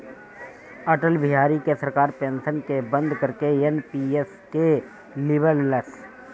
अटल बिहारी के सरकार पेंशन के बंद करके एन.पी.एस के लिअवलस